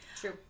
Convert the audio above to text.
True